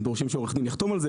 דורשים שעורך דין יחתום על זה,